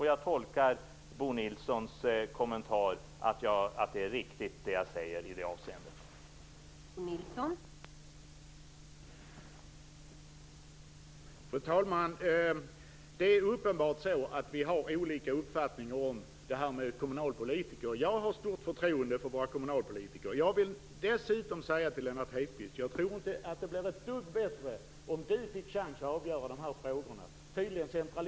Jag tolkar Bo Nilssons kommentar som att det jag säger i det avseendet är riktigt.